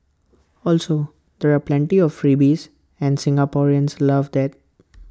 also there are plenty of freebies and Singaporeans love that